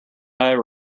sky